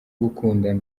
gukunda